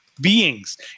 beings